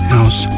House